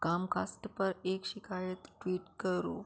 Comcast पर एक शिकायत ट्वीट करो